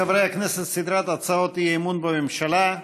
חברי הכנסת, סדרת הצעות אי-אמון בממשלה.